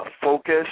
focus